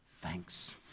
thanks